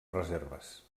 reserves